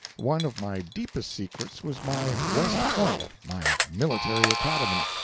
one of my deepest secrets was my west point my military academy.